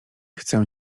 chcę